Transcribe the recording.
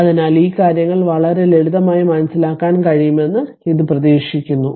അതിനാൽ ഈ കാര്യങ്ങൾ വളരെ ലളിതമായി മനസ്സിലാക്കാൻ കഴിയുമെന്ന് ഇത് പ്രതീക്ഷിക്കുന്നു